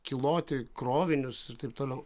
kiloti krovinius ir taip toliau